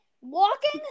walking